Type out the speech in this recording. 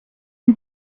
une